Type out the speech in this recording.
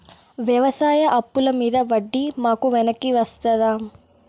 వ్యవసాయ అప్పుల మీద వడ్డీ మాకు వెనక్కి వస్తదా?